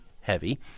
heavy